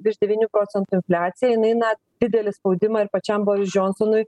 virš devynių procentų infliacija jinai na didelį spaudimą ir pačiam boris džionsonui